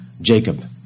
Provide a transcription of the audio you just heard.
Jacob